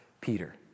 Peter